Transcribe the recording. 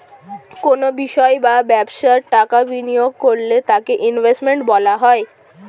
কোনো বিষয় বা ব্যবসায় টাকা বিনিয়োগ করলে তাকে ইনভেস্টমেন্ট বলা হয়